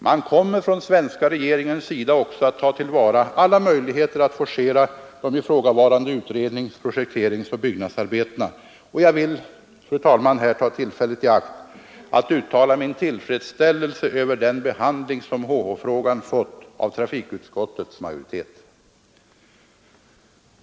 Man kommer från svenska regeringens sida också att ta till vara alla möjligheter att forcera de ifrågavarande utrednings-, projekteringsoch byggnadsarbetena. Jag vill, fru talman, här ta tillfället i akt att uttala min tillfredsställelse över den behandling som HH-frågan fått av trafikutskottets majoritet.